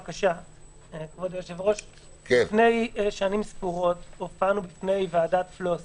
לפני שנים ספורות הופענו בפני ועדת פלוס